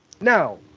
Now